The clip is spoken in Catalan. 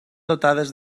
dotades